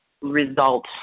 result